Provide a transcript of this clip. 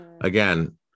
Again